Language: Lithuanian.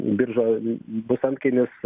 biržoj bus antkainis